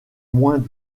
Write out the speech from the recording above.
moins